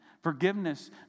Forgiveness